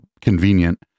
convenient